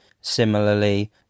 similarly